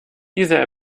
diese